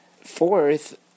fourth